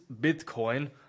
Bitcoin